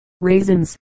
raisins